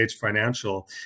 Financial